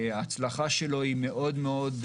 ההצלחה שלו היא גדולה מאוד,